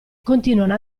continuano